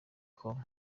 kongo